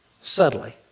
Subtly